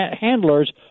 handlers